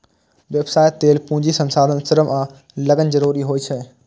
व्यवसाय लेल पूंजी, संसाधन, श्रम आ लगन जरूरी होइ छै